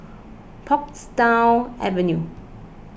Portsdown Avenue